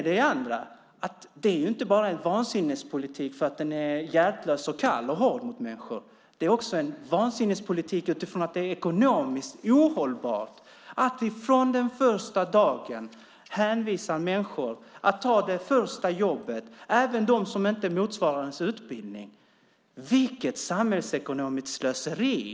Det här är inte bara en vansinnespolitik för att den är hjärtlös och kall och hård mot människor. Det är också en vansinnespolitik utifrån att det är ekonomiskt ohållbart att vi från den första dagen hänvisar människor att ta det första jobbet, även de jobb som inte motsvarar deras utbildning. Vilket samhällsekonomiskt slöseri!